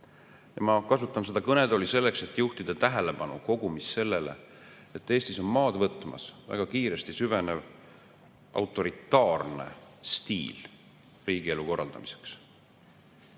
Ma kasutan seda kõnetooli selleks, et juhtida tähelepanu kogumis sellele, et Eestis on maad võtmas väga kiiresti süvenev autoritaarne stiil riigielu korraldamiseks.